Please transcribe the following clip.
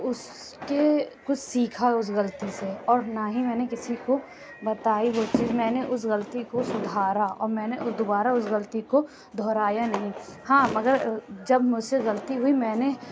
اُس کے کچھ سیکھا اُس غلطی سے اور نہ ہی میں نے کسی کو بتائی وہ چیز میں نے اُس غلطی کو سُدھارا اور میں نے دوبارہ اُس غلطی کو دہرایا نہیں ہاں مگر جب مجھ سے غلطی ہوئی میں نے